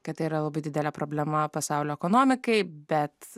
kad tai yra labai didelė problema pasaulio ekonomikai bet